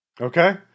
okay